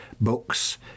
books